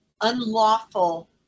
unlawful